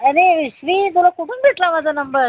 अरे श्री तुला कुठून भेटला माझा नंबर